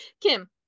Kim